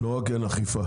לא רק אין אכיפה.